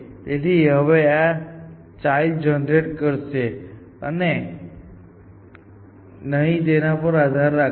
તેથી તે હવે આ ચાઈલ્ડ ને જનરેટ કરશે અને તે છે કે નહીં તેના પર આધાર રાખશે